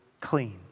clean